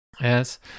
Yes